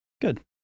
Good